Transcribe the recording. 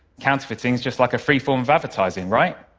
counterfeiting is just like a free form of advertising, right?